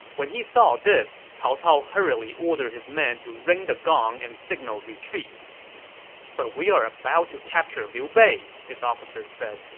when he saw this, cao cao hurriedly ordered his men to ring the gong and signal retreat but we're just about to capture liu bei, his officers said.